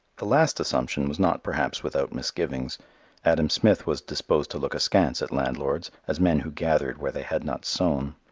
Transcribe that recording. the last assumption was not perhaps without misgivings adam smith was disposed to look askance at landlords as men who gathered where they had not sown.